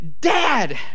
dad